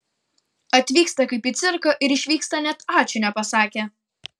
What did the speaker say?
atvyksta kaip į cirką ir išvyksta net ačiū nepasakę